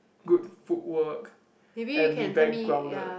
good foot work and be very grounded